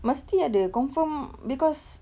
mesti ada confirm because